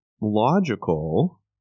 logical